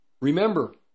Remember